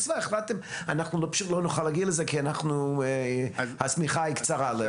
הסביבה החלטתם שלא תוכלו להגיע לזה כי השמיכה קצרה.